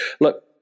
look